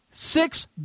Six